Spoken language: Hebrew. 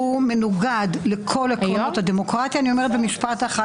מנוגד לכל עקרונות הדמוקרטיה ואני אומרת במשפט אחד,